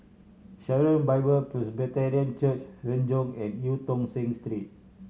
Sharon Bible Presbyterian Church Renjong and Eu Tong Sen Street